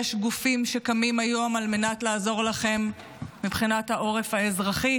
יש גופים שקמים היום על מנת לעזור לכם מבחינת העורף האזרחי,